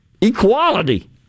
equality